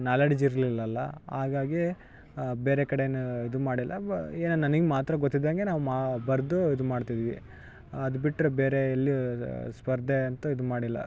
knowledge ಇರಲಿಲ್ಲ ಅಲ್ಲ ಹಾಗಾಗಿ ಬೇರೆ ಕಡೆನು ಇದು ಮಾಡಿಲ್ಲ ಬ ಎ ನನಗ್ ಮಾತ್ರ ಗೊತ್ತಿದಂಗೆ ನಾವು ಮಾ ಬರ್ದು ಇದು ಮಾಡ್ತಿದ್ದೀವಿ ಅದು ಬಿಟ್ಟರೆ ಬೇರೆ ಎಲ್ಲು ಸ್ಪರ್ಧೆ ಅಂತು ಇದು ಮಾಡಿಲ್ಲ